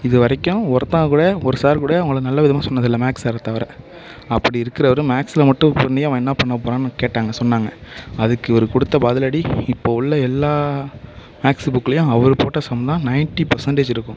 இதுவரைக்கும் ஒருத்தங்க கூட ஒரு சார் கூட உங்களை நல்ல விதமாக சொன்னதில்லை மேக்ஸ் சாரை தவிர அப்படி இருக்கிறவரு மேக்ஸில் மட்டும் பண்ணி அவன் என்ன பண்ணப்போகிறான்னு கேட்டாங்க சொன்னாங்க அதுக்கு இவரு கொடுத்த பதிலடி இப்போது உள்ள எல்லா மேக்ஸு புக்குலேயும் அவரு போட்ட சம் தான் நைன்ட்டி பர்சண்டேஜ் இருக்கும்